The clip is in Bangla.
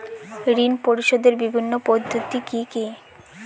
ঋণ পরিশোধের বিভিন্ন পদ্ধতি কি কি?